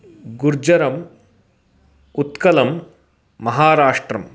गुर्जरम् उत्कलं महाराष्ट्रम्